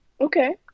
Okay